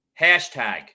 hashtag